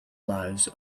lives